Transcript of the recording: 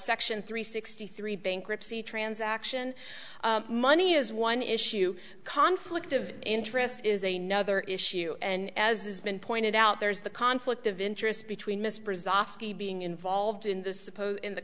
section three sixty three bankruptcy transaction money is one issue conflict of interest is a nother issue and as has been pointed out there's the conflict of interest between miss brazil being involved in the suppose in the